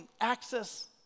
access